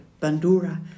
Bandura